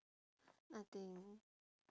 nothing